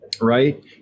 right